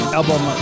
album